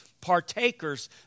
partakers